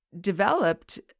developed